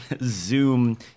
zoom